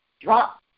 drop